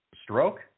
Stroke